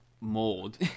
mold